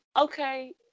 okay